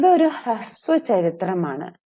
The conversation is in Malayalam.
ഇപ്പോൾ ഇത് ഒരു ഹ്രസ്വ ചരിത്രമാണ്